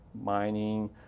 mining